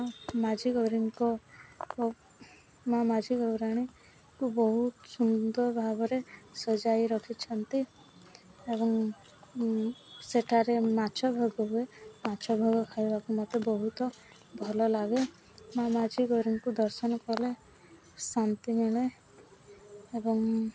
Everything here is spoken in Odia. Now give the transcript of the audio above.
ମାଁ ମାଝି ଗୌରୀଙ୍କ ମାଁ ମାଝି ଗୋଉରାଣୀଙ୍କୁ ବହୁତ ସୁନ୍ଦର ଭାବରେ ସଜାଇ ରଖିଛନ୍ତି ଏବଂ ସେଠାରେ ମାଛ ଭୋଗ ହୁଏ ମାଛ ଭୋଗ ଖାଇବାକୁ ମତେ ବହୁତ ଭଲ ଲାଗେ ମାଁ ମାଝି ଗୌରୀଙ୍କୁ ଦର୍ଶନ କଲେ ଶାନ୍ତି ମିଳେ ଏବଂ